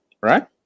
right